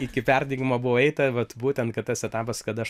iki perdegimo buvo eita vat būtent kad tas etapas kada aš